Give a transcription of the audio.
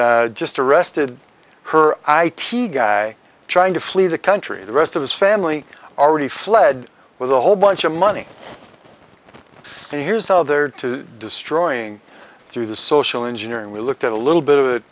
they just arrested her i t guy trying to flee the country the rest of his family already fled with a whole bunch of money and here's how they're to destroying through the social engineering we looked at a little bit